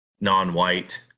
non-white